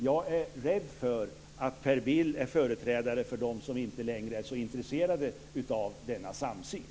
Jag är rädd för att Per Bill är företrädare för dem som inte längre är så intresserade av denna samsyn.